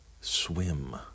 swim